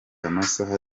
amasaha